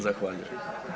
Zahvaljujem.